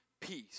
peace